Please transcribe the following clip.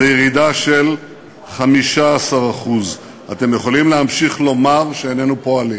זו ירידה של 15%. אתם יכולים להמשיך לומר שאיננו פועלים,